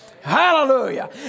Hallelujah